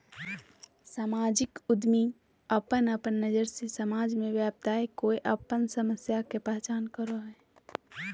सामाजिक उद्यमी अपन अपन नज़र से समाज में व्याप्त कोय समस्या के पहचान करो हइ